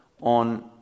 on